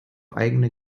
eigene